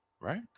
right